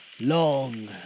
Long